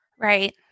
right